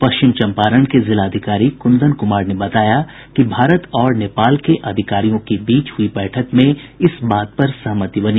पश्चिमी चम्पारण के जिलाधिकारी कुंदन कुमार ने बताया कि भारत और नेपाल के अधिकारियों के बीच हुई बैठक में इस बात पर सहमति बनी